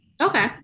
Okay